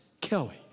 Kelly